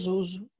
uso